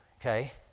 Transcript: okay